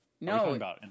No